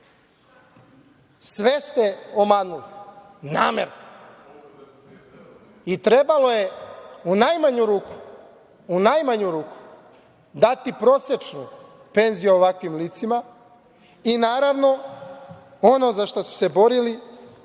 ste omanuli, namerno, i trebalo je u najmanju ruku dati prosečnu penziju ovakvim licima i, naravno, ono za šta su se borili,